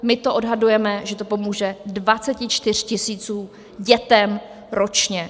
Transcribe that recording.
My to odhadujeme, že to pomůže 24 tis. dětem ročně.